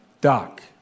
Doc